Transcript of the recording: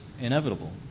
inevitable